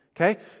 Okay